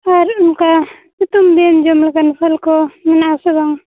ᱟᱨ ᱚᱱᱠᱟ ᱥᱤᱛᱩᱝ ᱫᱤᱱ ᱡᱚᱢ ᱞᱮᱠᱟᱱ ᱟᱯᱮᱞ ᱠᱚ ᱢᱮᱱᱟᱜ ᱟᱥᱮ ᱵᱟᱝ